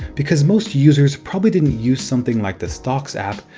because most users probably didn't use something like the stocks app,